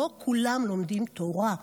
לא כולם לומדים תורה.